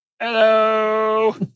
Hello